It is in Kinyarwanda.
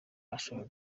ashaka